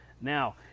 Now